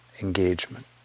engagement